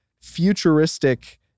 futuristic